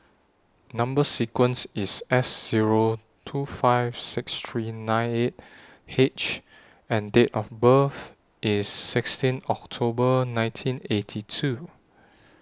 Number sequence IS S Zero two five six three nine eight H and Date of birth IS sixteen October nineteen eighty two